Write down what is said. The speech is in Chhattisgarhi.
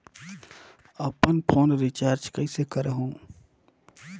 अपन फोन रिचार्ज कइसे करहु?